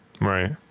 right